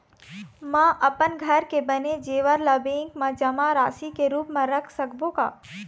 म अपन घर के बने जेवर ला बैंक म जमा राशि के रूप म रख सकबो का?